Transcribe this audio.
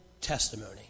testimony